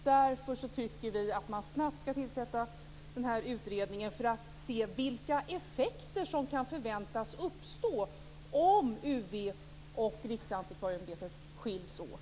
Därför tycker vi i Miljöpartiet att man snabbt skall tillsätta denna utredning för att kunna se vilka effekter som kan förväntas uppstå om UV och Riksantikvarieämbetet skiljs åt.